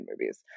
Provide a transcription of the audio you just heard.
movies